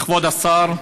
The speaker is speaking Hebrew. כבוד השר,